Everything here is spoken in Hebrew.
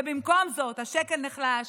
ובמקום זאת השקל נחלש,